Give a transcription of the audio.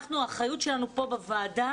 האחריות שלנו פה בוועדה